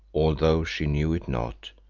although she knew it not,